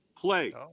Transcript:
play